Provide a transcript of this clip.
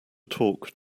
talk